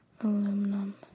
Aluminum